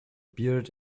beard